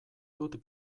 dut